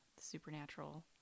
supernatural